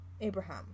Abraham